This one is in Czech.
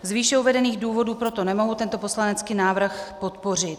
Z výše uvedených důvodů proto nemohu tento poslanecký návrh podpořit.